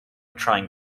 trying